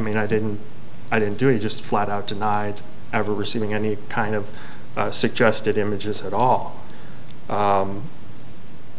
mean i didn't i didn't do it just flat out denied ever receiving any kind of suggested images at all